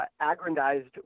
aggrandized